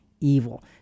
evil